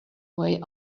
way